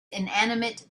inanimate